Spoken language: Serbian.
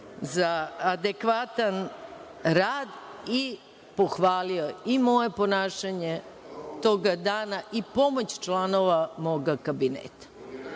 za adekvatan rad, i pohvalio i moje ponašanje tog dana i pomoć članova mog Kabineta,